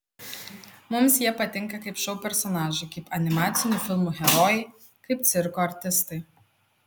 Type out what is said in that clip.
mums jie patinka kaip šou personažai kaip animacinių filmų herojai kaip cirko artistai